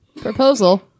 proposal